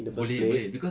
boleh boleh cause